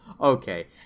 okay